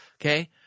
okay